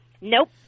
Nope